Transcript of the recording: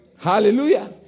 Hallelujah